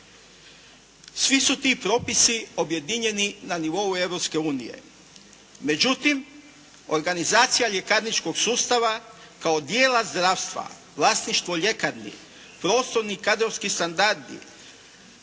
Svi su ti propisi objedinjeni na nivou Europske unije. Međutim, organizacija ljekarničkog sustava kao dijela zdravstva, vlasništvo ljekarni, prostorni kadrovski standardi,